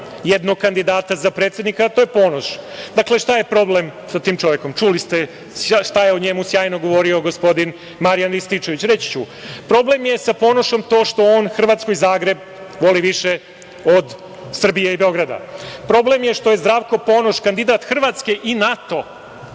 jednog kandidata za predsednika, a to je Ponoš. Dakle, šta je problem sa tim čovekom? Čuli ste šta je o njemu sjajno govorio gospodin Marijan Rističević. Reći ću. Dakle, problem je sa Ponošom to što on Hrvatsku i Zagreb voli više od Srbije i Beograda. Problem je što je Zdravko Ponoš kandidat Hrvatske i NATO